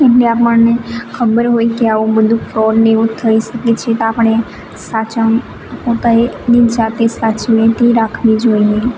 એટલે આપણને ખબર હોય કે આવું બધું ફ્રોડને એવું થઇ શકે છે તો આપણે સાચઆમ પોતાની જાતે સાવચેતી રાખવી જોઈએ